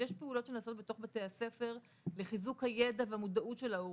יש פעולות שנעשות בתוך בתי הספר לחיזוק הידע והמודעות של ההורים,